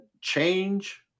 change